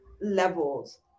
levels